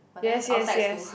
yes yes yes